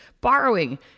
borrowing –